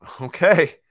Okay